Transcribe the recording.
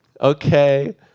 Okay